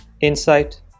insight